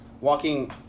walking